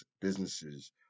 businesses